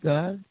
God